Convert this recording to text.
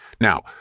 Now